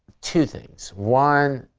two things. one,